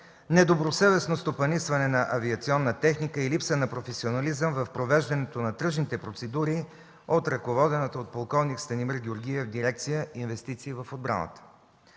недобросъвестно стопанисване на авиационна техника и липса на професионализъм в провеждането на тръжните процедури от ръководената от полк. Станимир Георгиев дирекция „Инвестиции в отбраната”.